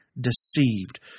deceived